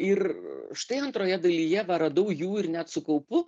ir štai antroje dalyje va radau jų ir net su kaupu